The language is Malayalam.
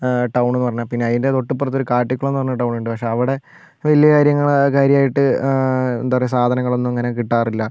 ടൗണെന്ന് പറഞ്ഞാൽ പിന്നെ അതിൻ്റെ തൊട്ട് ഇപ്പുറത്ത് ഒരു കാട്ടിക്കുളം എന്ന് പറയുന്ന ടൗണ് ഉണ്ട് പക്ഷേ അവിടെ വലിയ കാര്യങ്ങൾ കാര്യമായിട്ട് എന്താ പറയാ സാധനങ്ങളൊന്നും അങ്ങനെ കിട്ടാറില്ല